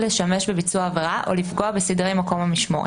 לשמש בביצוע עבירה או לפגוע בסדרי מקום המשמורת.